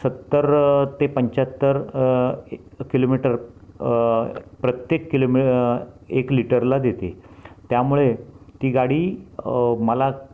सत्तर ते पंच्याहत्तर ए किलोमीटर प्रत्येक किलोमी एक लिटरला देते त्यामुळे ती गाडी मला